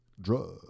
drugs